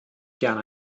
gern